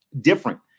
different